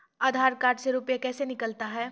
आधार कार्ड से रुपये कैसे निकलता हैं?